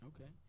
Okay